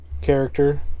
character